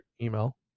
email